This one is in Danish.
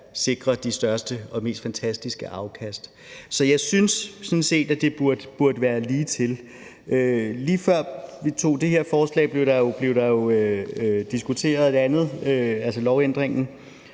sikrer de største og mest fantastiske afkast. Så jeg synes sådan set, at det burde være ligetil. Lige før vi tog det her forslag op, blev der jo diskuteret noget andet, nemlig lovændringen,